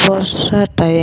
ᱵᱚᱨᱥᱟ ᱴᱟᱹᱭᱤᱢ